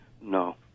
No